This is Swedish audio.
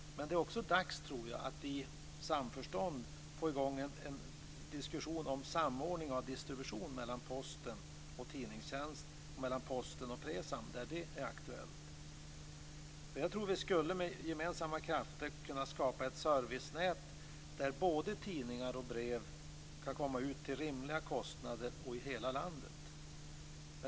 Det är också dags att i samförstånd få i gång en diskussion om samordningen av distributionen mellan Presam där det är aktuellt. Vi skulle med gemensamma krafter kunna skapa ett servicenät där både tidningar och brev kan delas ut till rimliga kostnader i hela landet.